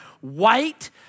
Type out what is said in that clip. white